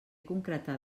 concretar